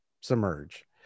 submerge